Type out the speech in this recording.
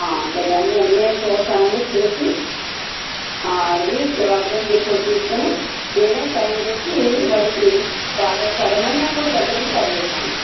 చేస్తాను ఇవన్నీ నేను చూస్తానండి చూసి అడిగి ప్రోగ్రెస్ రిపోర్ట్ తీసుకుని నేనే సైన్ చేసి వాడికి బాగా చదవమని నేను కూడా దగ్గరుండి చదివిస్తాను